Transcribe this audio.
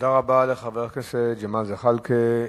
תודה רבה לחבר הכנסת ג'מאל זחאלקה.